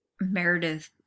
Meredith